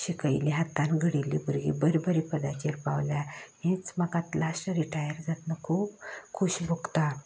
शिकयलीं हातान घडयल्लीं भुरगीं बरें बरें पदाचेर पावल्या हीच म्हाका आतां लाश्ट रिटायर जातलें खूब खुशी भोगता